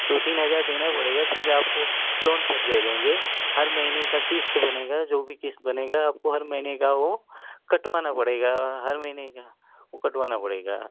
दो तीन हज़ार देना पड़ेगा सीधे आपको लोन पर दे देंगे हर महीने का किस्त बनेगा जो भी किस्त बनेगा आपको हर महीने का वह कटवाना पड़ेगा हर महीने का वो कटवाना पड़ेगा